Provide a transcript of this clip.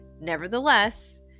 nevertheless